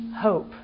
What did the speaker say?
hope